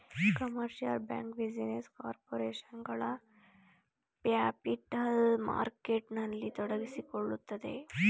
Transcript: commercial bank, business corporation ಗಳು capital ಮಾರ್ಕೆಟ್ನಲ್ಲಿ ತೊಡಗಿಸಿಕೊಳ್ಳುತ್ತದೆ